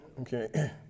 Okay